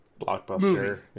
blockbuster